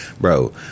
bro